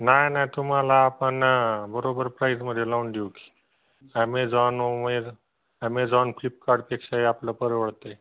नाही नाही तुम्हाला आपण बरोबर प्राईजमध्ये लावून देऊ की ॲमेझॉनवर ॲमेझॉन फ्लिपकार्टपेक्षाही आपलं परवडत आहे